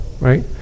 Right